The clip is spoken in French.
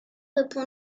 madame